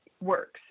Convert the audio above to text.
works